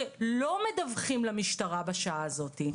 שלא מדווחים למשטרה בשעה הזאתי,